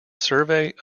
survey